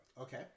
Okay